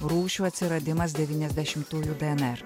rūšių atsiradimas devyniasdešimtųjų dnr